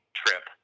trip